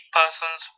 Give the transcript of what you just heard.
persons